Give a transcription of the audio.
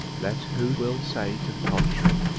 let who will say to the contrary.